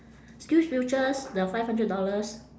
skills futures the five hundred dollars